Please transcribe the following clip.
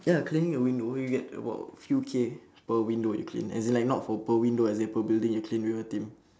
ya cleaning the window you get about few K per window you clean as in not like for per window as in per building you clean with a team